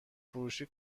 فروشی